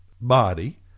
body